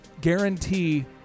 guarantee